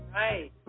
right